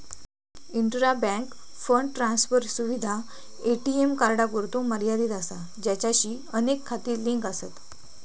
intra bank fund transfer सुविधा ATM कार्डांपुरतो मर्यादित असा ज्याचाशी अनेक खाती लिंक आसत